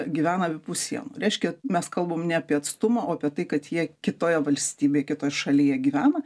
gyvena abipus sienų reiškia mes kalbam ne apie atstumą o apie tai kad jie kitoje valstybėj kitoj šalyje gyvena